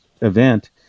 event